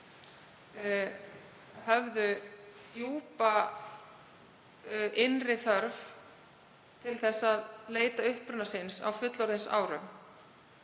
höfðu djúpa innri þörf til að leita uppruna síns á fullorðinsárum.